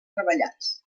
treballats